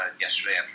yesterday